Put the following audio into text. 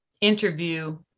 interview